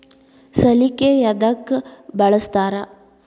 ಸಲಿಕೆ ಯದಕ್ ಬಳಸ್ತಾರ?